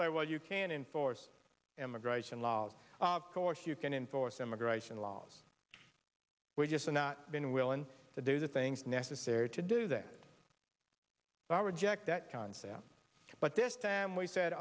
say well you can enforce immigration laws of course you can enforce immigration laws we're just not been willing to do the things necessary to do that but i reject that concept but this time we said